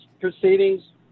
proceedings